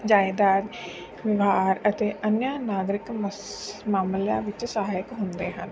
ਜਾਇਦਾਦ ਵਿਵਹਾਰ ਅਤੇ ਅਨਿਆਂ ਨਾਗਰਿਕ ਮਸ ਮਾਮਲਿਆਂ ਵਿੱਚ ਸਹਾਇਕ ਹੁੰਦੇ ਹਨ